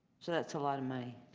it's a lot of money.